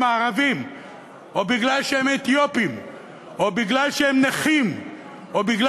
ערבים או מפני שהם אתיופים או מפני שהם נכים או מפני